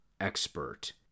expert